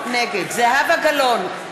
נגד זהבה גלאון,